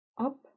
up